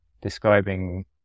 describing